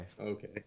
Okay